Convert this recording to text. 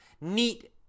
Neat